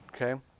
okay